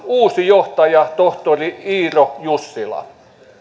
uusi johtaja tohtori iiro jussila